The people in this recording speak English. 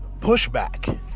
pushback